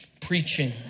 preaching